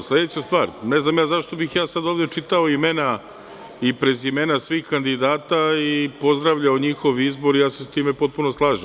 Sledeća stvar, ne znam zašto bih sada ja ovde čitao imena i prezimena svih kandidata i pozdravljao njihov izbor, ja se sa tim potpuno slažem.